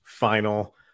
final